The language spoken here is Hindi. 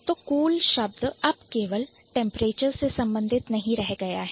तो Cool शब्द अब केवल Temperature टेंपरेचर से संबंधित नहीं रह गया है